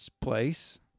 place